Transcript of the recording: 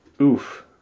oof